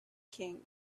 king